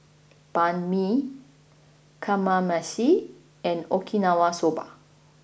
Banh Mi Kamameshi and Okinawa Soba